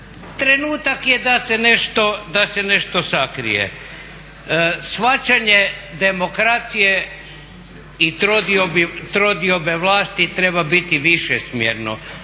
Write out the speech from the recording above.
trenutak je da se nešto sakrije. Shvaćanje demokracije i trodiobe vlasti treba biti višesmjerno,